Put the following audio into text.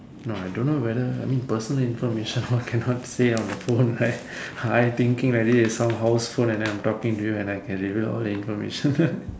no I don't know whether I mean personal information all cannot say on the phone right I thinking like this some house phone and then I talking to you and I can reveal all the personal information